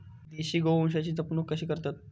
देशी गोवंशाची जपणूक कशी करतत?